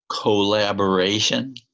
collaboration